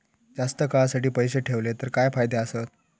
जास्त काळासाठी पैसे ठेवले तर काय फायदे आसत?